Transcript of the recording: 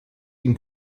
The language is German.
den